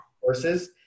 courses